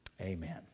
amen